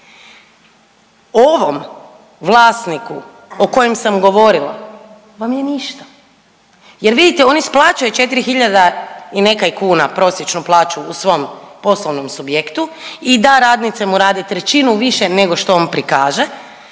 ovom vlasniku o kojem sam govorila vam je ništa jer vidite on isplaćuje 4.000 i nekaj kuna prosječnu plaću u svom poslovnom subjektu i da radnice mu rade trećinu više nego što on prikaže,